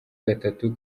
gatatu